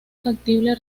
factible